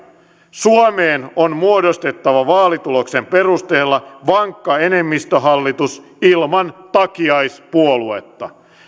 suomeen on muodostettava vaalituloksen perusteella vankka enemmistöhallitus ilman takiaispuoluetta